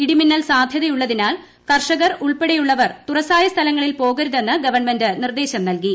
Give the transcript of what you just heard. ഇടിമിന്നൽ സാധ്യതയുള്ളതിനാൽ കർഷ്ട്കർ ് ഉൾപ്പെടെയുള്ളവർ തുറസായ സ്ഥലങ്ങളിൽ പോകരുത്തെന്ന് ഗ്വൺമെന്റ് നിർദ്ദേശം നൽകി